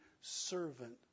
servant